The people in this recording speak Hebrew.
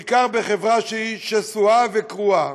בעיקר בחברה שהיא שסועה וקרועה